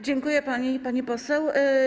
Dziękuję pani, pani poseł.